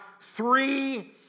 three